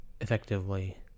effectively